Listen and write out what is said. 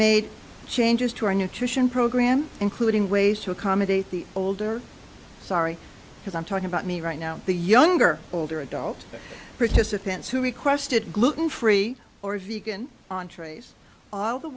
made changes to our nutrition program including ways to accommodate the older sorry because i'm talking about me right now the younger older adult participants who requested gluten free or v can entrees all the